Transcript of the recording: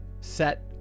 set